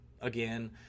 again